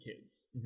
kids